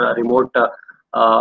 remote